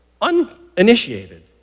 uninitiated